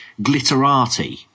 glitterati